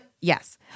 yes